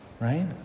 Right